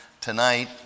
tonight